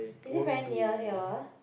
is it very near here